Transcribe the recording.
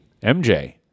MJ